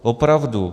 Opravdu.